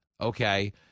okay